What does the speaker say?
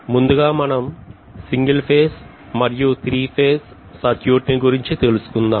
ముందుగా మనం single phase మరియు త్రీ ఫేజ్ సర్క్యూట్ ను గురించి తెలుసుకుందాం